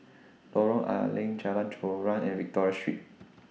Lorong A Leng Jalan Joran and Victoria Street